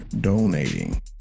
donating